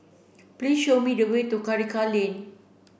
please show me the way to Karikal Lane